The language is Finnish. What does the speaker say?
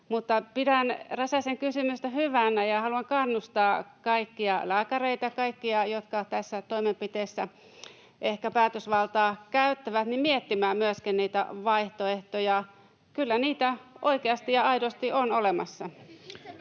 pidän Räsäsen kysymystä hyvänä ja haluan kannustaa kaikkia lääkäreitä, kaikkia, jotka tässä toimenpiteessä ehkä päätösvaltaa käyttävät, miettimään myöskin niitä vaihtoehtoja. Kyllä niitä oikeasti ja aidosti on olemassa.